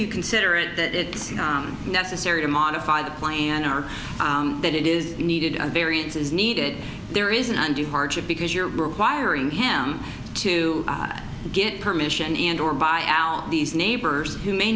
you consider it that it's necessary to modify the plan or that it is needed a variance is needed there is an undue hardship because you're requiring him to get permission and or buy out these neighbors who may